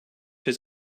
his